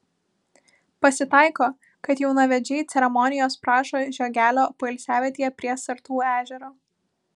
pasitaiko kad jaunavedžiai ceremonijos prašo žiogelio poilsiavietėje prie sartų ežero